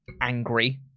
angry